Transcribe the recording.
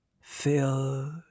Feel